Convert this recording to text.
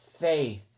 faith